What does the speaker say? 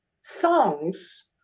songs